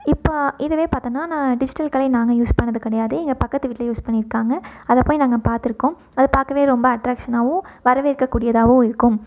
இப்போ இதுவே பார்த்தோனா நான் டிஜிட்டல் கலை நாங்கள் யூஸ் பண்ணிணது கிடையாது எங்கள் பக்கத்து வீட்டில் யூஸ் பண்ணியிருக்காங்க அதை போய் நாங்கள் பார்த்துருக்கோம் அது பார்க்கவே ரொம்ப அட்ராக்ஷனாகவும் வரவேற்க கூடியதாகவும் இருக்கும்